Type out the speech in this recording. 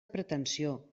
pretensió